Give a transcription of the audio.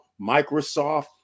microsoft